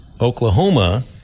Oklahoma